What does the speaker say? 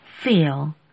feel